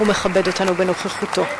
הוא מכבד אותנו בנוכחותו.